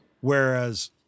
Whereas